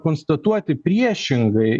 konstatuoti priešingai